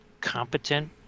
competent